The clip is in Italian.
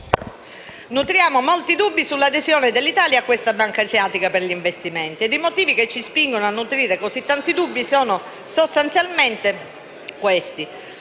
nutriamo molti dubbi sull'adesione dell'Italia alla Banca asiatica per gli investimenti. I motivi che ci spingono a nutrire così tanti dubbi sono sostanzialmente i